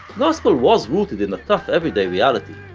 gospel was rooted in the tough everyday reality,